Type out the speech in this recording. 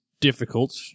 difficult